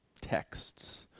texts